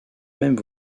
même